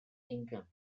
income